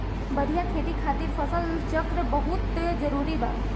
बढ़िया खेती खातिर फसल चक्र बहुत जरुरी बा